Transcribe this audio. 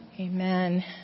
Amen